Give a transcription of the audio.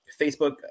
Facebook